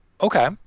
Okay